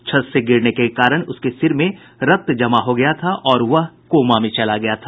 छत से गिरने के कारण उसके सिर में रक्त जमा हो गया था और वह कोमा में चला गया था